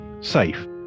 safe